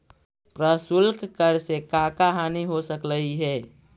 प्रशुल्क कर से का का हानि हो सकलई हे